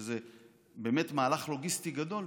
שהוא באמת מהלך לוגיסטי גדול,